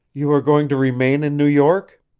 you are going to remain in new york?